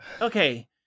Okay